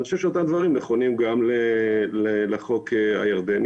אני חשושב שאותם דברים נכונים גם לחוק הירדני.